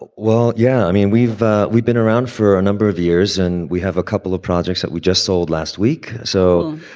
but well, yeah. i mean, we've ah we've been around for a number of years and we have a couple of projects that we just sold last week. so